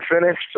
finished